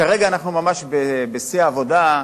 כרגע אנחנו ממש בשיא העבודה,